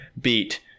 beat